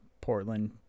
Portland